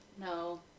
no